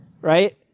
right